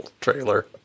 trailer